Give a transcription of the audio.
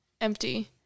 empty